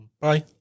Bye